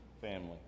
family